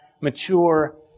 mature